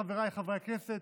חבריי חברי הכנסת,